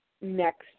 next